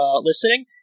listening